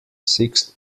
sixth